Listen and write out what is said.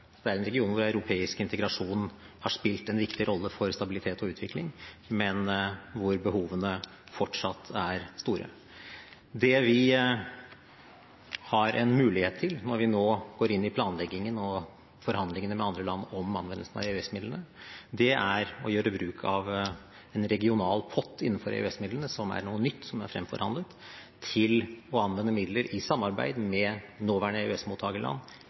Det er en region hvor europeisk integrasjon har spilt en viktig rolle for stabilitet og utvikling, men hvor behovene fortsatt er store. Det vi har en mulighet til når vi nå går inn i planleggingen og forhandlingene med andre land om anvendelsen av EØS-midlene, er å gjøre bruk av en regional pott innenfor EØS-midlene, som er noe nytt som er fremforhandlet, til å anvende midler i samarbeid med nåværende